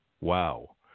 Wow